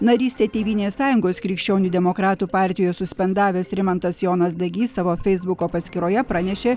narystę tėvynės sąjungos krikščionių demokratų partijoj suspendavęs rimantas jonas dagys savo feisbuko paskyroje pranešė